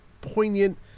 poignant